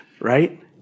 Right